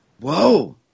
Whoa